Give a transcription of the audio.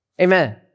Amen